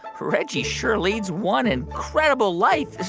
reggie sure leads one incredible life.